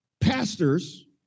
pastors